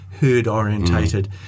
herd-orientated